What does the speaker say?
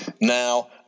now